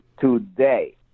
today